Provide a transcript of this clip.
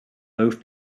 both